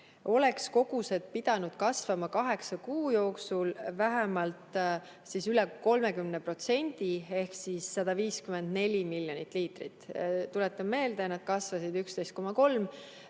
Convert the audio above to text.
oleks kogused pidanud kasvama kaheksa kuu jooksul vähemalt 30% ehk 154 miljonit liitrit. Tuletan meelde, et need kasvasid 11,3%